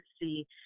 see